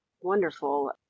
wonderful